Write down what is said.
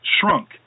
shrunk